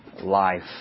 life